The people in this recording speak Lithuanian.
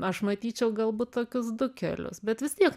aš matyčiau galbūt tokius du kelius bet vis tiek